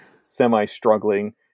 semi-struggling